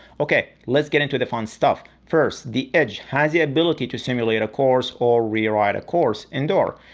okay, let's get into the fun stuff. first, the edge has the ability to stimulate a course or re-ride a course indoor.